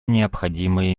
необходимые